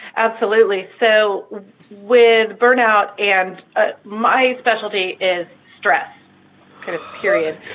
absolutely so with burnout, and ah my specialty is stress kind of period,